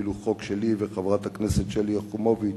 אפילו חוק שלי ושל חברת הכנסת שלי יחימוביץ